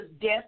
death